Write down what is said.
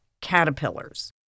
caterpillars